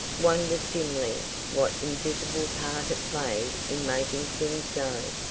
wondered dimly what invisible part it played in making things go.